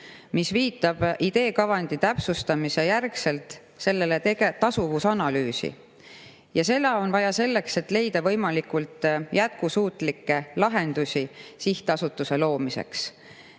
mis viitab ideekavandi täpsustamise järgselt selle tasuvusanalüüsile. Seda on vaja selleks, et leida võimalikult jätkusuutlikke lahendusi sihtasutuse loomiseks.